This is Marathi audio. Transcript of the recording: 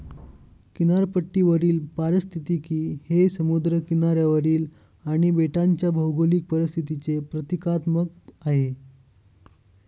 किनारपट्टीवरील पारिस्थितिकी हे समुद्र किनाऱ्यावरील आणि बेटांच्या भौगोलिक परिस्थितीचे प्रतीकात्मक आहे